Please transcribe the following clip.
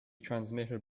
transmitted